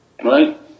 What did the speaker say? Right